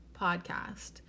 podcast